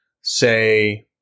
say